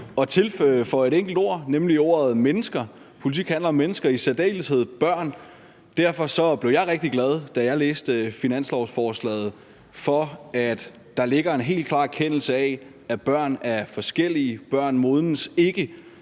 at tilføje et enkelt ord, nemlig ordet mennesker; politik handler om mennesker, i særdeleshed børn. Derfor blev jeg rigtig glad, da jeg læste finanslovsforslaget, for, at der ligger en helt klar erkendelse af, at børn er forskellige. Børn modnes ikke